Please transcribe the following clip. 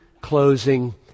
closing